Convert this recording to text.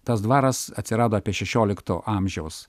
tas dvaras atsirado apie šešiolikto amžiaus